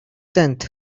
tent